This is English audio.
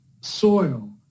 soil